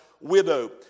widow